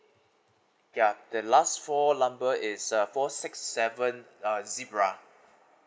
ya the last four number is uh four six seven uh zebra